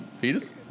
fetus